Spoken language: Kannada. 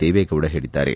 ದೇವೇಗೌಡ ಹೇಳಿದ್ದಾರೆ